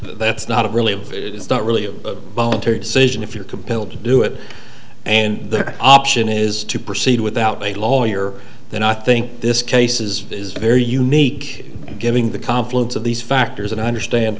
that's not really it's not really a voluntary decision if you're compelled to do it and the option is to proceed without a lawyer then i think this case is is very unique giving the confluence of these factors and i understand